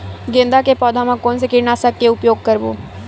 गेंदा के पौधा म कोन से कीटनाशक के उपयोग करबो?